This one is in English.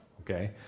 Okay